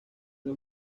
los